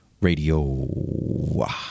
Radio